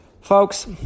Folks